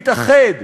להתאחד,